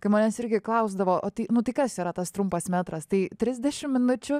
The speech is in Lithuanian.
kai manęs irgi klausdavo o tai nu tai kas yra tas trumpas metras tai trisdešim minučių